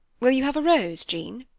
will you have a rose, jean?